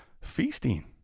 feasting